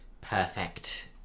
perfect